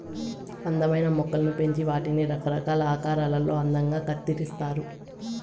అందమైన మొక్కలను పెంచి వాటిని రకరకాల ఆకారాలలో అందంగా కత్తిరిస్తారు